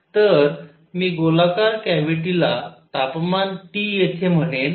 तर मी गोलाकार कॅव्हिटीला तापमान T येथे म्हणेन